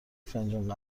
فنجون